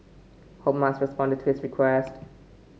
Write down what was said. hope Musk responded to his request